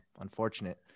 Unfortunate